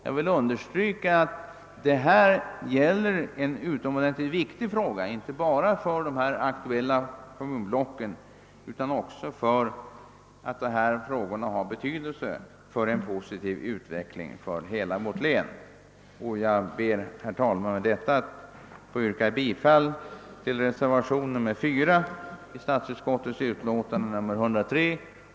Jag vill understryka att det här gäller en utomordentligt viktig fråga, inte bara för de aktuella kommunblocken utan för en positiv utveckling i hela vårt län. Jag ber, herr talman, med dessa ord att få yrka bifall till reservationen 4 vid statsutskottets utlåtande nr 103.